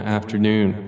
afternoon